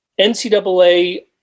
NCAA